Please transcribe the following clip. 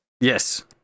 Yes